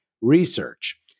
research